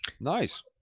Nice